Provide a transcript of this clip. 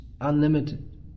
unlimited